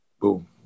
Boom